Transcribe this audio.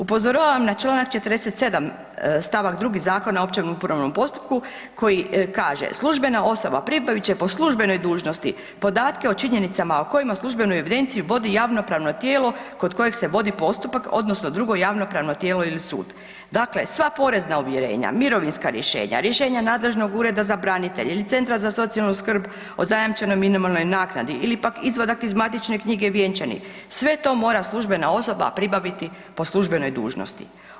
Upozoravam na čl. 47. stavak 2. Zakona o općem upravnom postupku koji kaže: „Službena osoba pribavit će po službenoj dužnosti podatke o činjenicama o kojima službenu evidenciju vodi javno-pravno tijelo kod kojeg se vodi postupak odnosno drugo javno-pravno tijelo ili sud.“ Dakle, sva porezna uvjerenja, mirovinska rješenja, rješenja nadležnog ureda za branitelje ili CZSS-a o zajamčenoj minimalnoj naknadi ili pak izvadak iz Matične knjige vjenčanih, sve to mora službena osoba pribaviti po službenoj dužnosti.